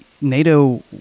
NATO